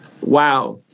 wow